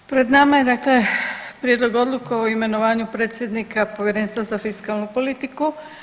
Pred nama je dakle Prijedlog Odluke o imenovanju predsjednika Povjerenstva za fiskalnu politiku.